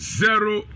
zero